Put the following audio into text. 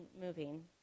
moving